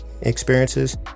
experiences